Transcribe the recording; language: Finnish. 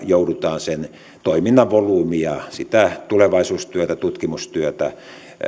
joudutaan sen toiminnan volyymia sitä tulevaisuustyötä tutkimustyötä